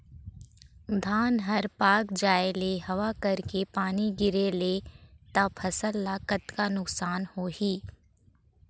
धान हर पाक जाय ले हवा करके पानी गिरे ले त फसल ला कतका नुकसान होही?